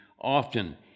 often